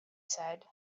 said